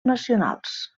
nacionals